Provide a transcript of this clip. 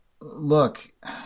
look